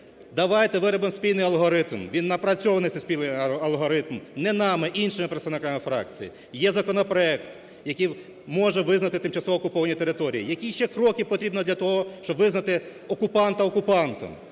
Давайте виробимо спільний алгоритм, він напрацьований цей спільний алгоритм не нами – іншими представниками фракцій. Є законопроект, який може визнати тимчасово окуповані території. Які ще кроки потрібно для того, щоби визнати окупанта окупантом?